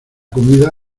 comida